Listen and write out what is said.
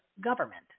government